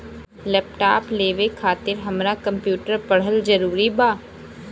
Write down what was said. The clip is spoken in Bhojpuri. लैपटाप लेवे खातिर हमरा कम्प्युटर पढ़ल जरूरी बा?